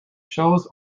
shows